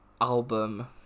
album